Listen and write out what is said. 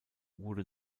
wurde